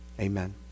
amen